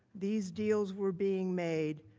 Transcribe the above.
these deals were being made,